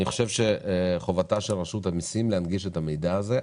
אני חושב שחובתה של רשות המסים היא להנגיש את המידע הזה,